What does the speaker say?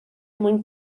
mwyn